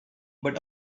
but